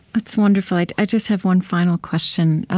that's wonderful. i just have one final question.